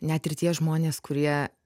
net ir tie žmonės kurie